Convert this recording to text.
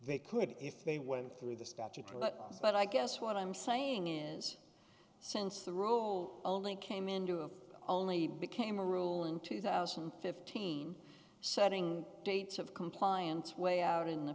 they could if they went through the statute but but i guess what i'm saying is since the row only came into only became a rule in two thousand and fifteen setting dates of compliance way out in the